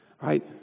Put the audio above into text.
Right